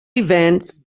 events